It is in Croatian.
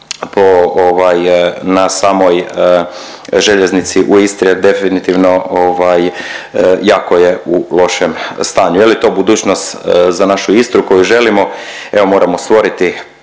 na samoj željeznici u Istri jer definitivno ovaj jako je u lošem stanju. Je li to budućnost za našu Istru koju želimo evo moramo stvoriti